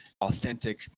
authentic